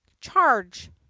Charge